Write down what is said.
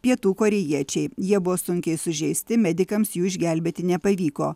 pietų korėjiečiai jie buvo sunkiai sužeisti medikams jų išgelbėti nepavyko